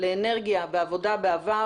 לאנרגיה ועבודה בעבר,